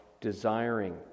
desiring